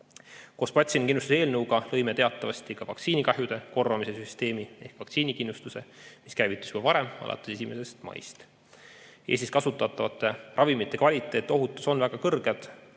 Koos patsiendikindlustuse eelnõuga lõime teatavasti ka vaktsiinikahjude korvamise süsteemi ehk vaktsiinikindlustuse, mis käivitus juba varem, alates 1. maist. Eestis kasutatavate ravimite kvaliteet ja ohutus on väga kõrged.